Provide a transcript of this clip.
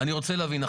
אני רוצה להבין,